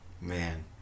Man